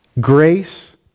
Grace